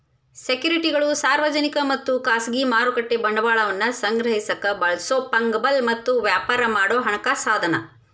ಸೆಕ್ಯುರಿಟಿಗಳು ಸಾರ್ವಜನಿಕ ಮತ್ತ ಖಾಸಗಿ ಮಾರುಕಟ್ಟೆ ಬಂಡವಾಳವನ್ನ ಸಂಗ್ರಹಿಸಕ ಬಳಸೊ ಫಂಗಬಲ್ ಮತ್ತ ವ್ಯಾಪಾರ ಮಾಡೊ ಹಣಕಾಸ ಸಾಧನ